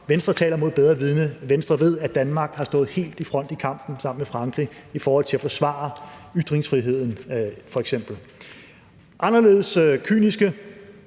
Venstre taler mod bedre vidende. Venstre ved, at Danmark har stået helt i front i kampen sammen med Frankrig i forhold til at forsvare ytringsfriheden f.eks. Anderledes kyniske